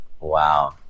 wow